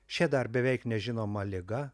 šia dar beveik nežinoma liga